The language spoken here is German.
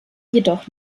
jedoch